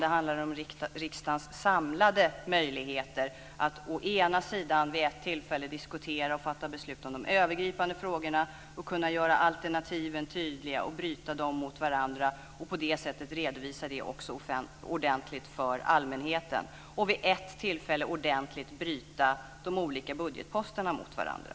Det handlar om riksdagens samlade möjligheter att å ena sidan vid ett tillfälle diskutera och fatta beslut om de övergripande frågorna och kunna göra alternativen tydliga, bryta dem mot varandra och redovisa ordentligt för allmänheten, å andra sidan vid ett tillfälle bryta de olika budgetposterna mot varandra.